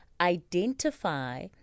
identify